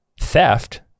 Theft